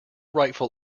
rightful